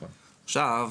עכשיו,